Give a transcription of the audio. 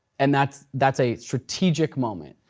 and that's that's a strategic moment.